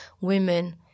women